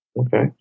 Okay